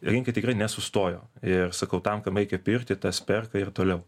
rinka tikrai nesustojo ir sakau tam kam reikia pirkti tas perka ir toliau